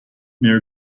near